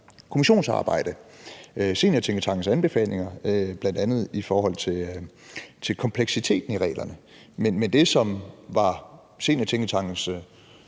kommissionsarbejde, bl.a. Seniortænketankens anbefalinger i forhold til kompleksiteten i reglerne. Men det, som var Seniortænketankens